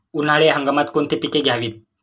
उन्हाळी हंगामात कोणती पिके घ्यावीत?